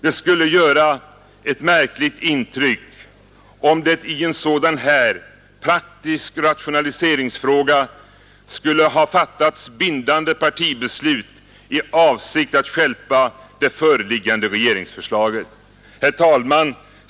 Det skulle göra ett märkligt intryck om det i en sådan här praktisk rationaliseringsfråga skulle ha fattats bindande partibeslut i avsikt att stjälpa det föreliggande regeringsförslaget. Herr talman!